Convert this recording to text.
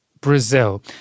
Brazil